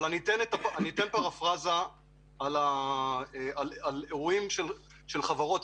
אתן פרפרזה על אירועים של חברות.